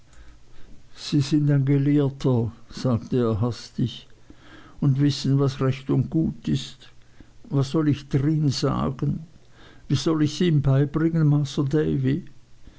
sie sind ein gelehrter sagte er hastig und wissen was recht und gut ist was soll ich drin sagen wie soll ichs ihm beibringen